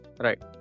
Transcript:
Right